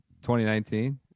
2019